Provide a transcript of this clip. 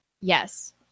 yes